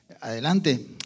Adelante